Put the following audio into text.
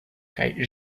kaj